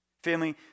family